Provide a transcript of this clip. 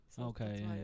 Okay